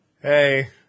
hey